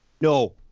No